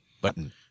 Button